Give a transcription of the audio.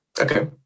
Okay